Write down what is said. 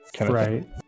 Right